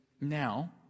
now